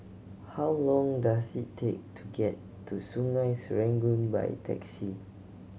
how long does it take to get to Sungei Serangoon by taxi